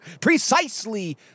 precisely